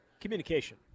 communication